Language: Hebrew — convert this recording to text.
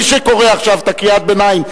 מי שקורא עכשיו את קריאת הביניים,